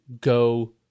go